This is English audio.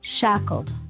shackled